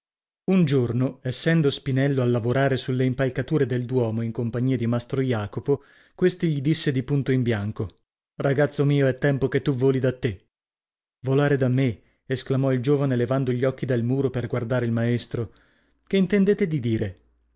un giorno essendo spinello a lavorare sulle impalcature del duomo in compagnia di mastro jacopo questi gli disse di punto in bianco ragazzo mio è tempo che tu voli da te volare da me esclamò il giovine levando gli occhi dal muro per guardare il maestro che intendete di dire